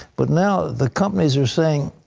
but now the companies are saying,